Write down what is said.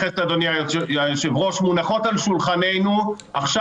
מונחות על שולחננו עכשיו,